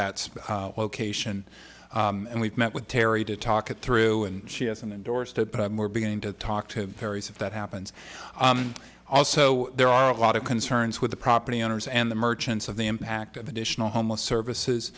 that location and we've met with terry to talk it through and she hasn't endorsed a more beginning to talk to various if that happens also there are a lot of concerns with the property owners and the merchants of the impact of additional homeless services